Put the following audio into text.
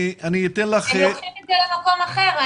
אני אתן לך --- הם לוקחים את זה למקום אחר.